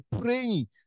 praying